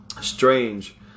Strange